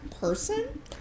person